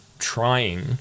trying